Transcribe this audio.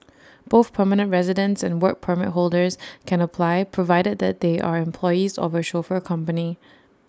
both permanent residents and Work Permit holders can apply provided that they are employees of A chauffeur company